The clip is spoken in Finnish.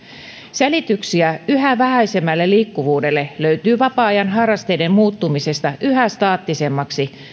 selityksiä yhä vähäisemmälle liikkuvuudelle löytyy vapaa ajan harrasteiden muuttumisesta yhä staattisemmaksi